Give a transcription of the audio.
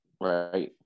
right